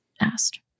asked